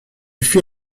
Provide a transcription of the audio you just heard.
fit